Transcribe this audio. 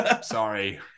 Sorry